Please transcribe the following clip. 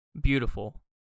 beautiful